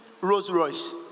Rolls-Royce